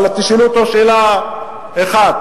אבל תשאלו אותו שאלה אחת,